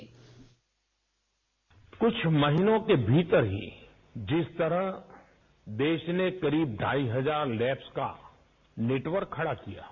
bite कुछ महीनों के भीतर ही जिस तरह देश ने करीब ढाई हजार लैब्स का नेटवर्क खड़ा किया है